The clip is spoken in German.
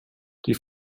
die